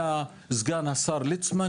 היה סגן השר ליצמן,